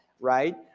right